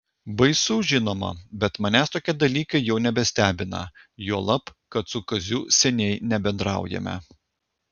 baisu žinoma bet manęs tokie dalykai jau nebestebina juolab kad su kaziu seniai nebendraujame